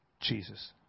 Jesus